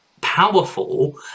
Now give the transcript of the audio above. powerful